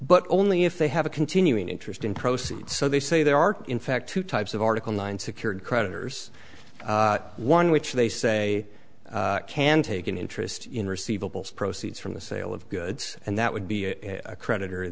but only if they have a continuing interest in proceeds so they say there are in fact two types of article nine secured creditors one which they say can take an interest in receivables proceeds from the sale of goods and that would be a creditor